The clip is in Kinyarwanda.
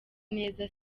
neza